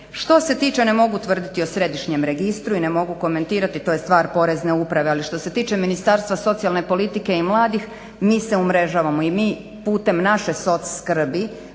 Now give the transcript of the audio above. Što se tiče ne mogu tvrditi o središnjem registru i ne mogu komentirati. To je stvar Porezne uprave. Ali što se tiče Ministarstva socijalne politike i mladih mi se umrežavamo i mi putem naše soc skrbi